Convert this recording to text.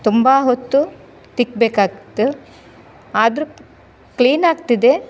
ತುಂಬ ಹೊತ್ತು ತಿಕ್ಕಬೇಕಾಗ್ತು ಆದರೂ ಕ್ಲೀನಾಗ್ತಿದೆ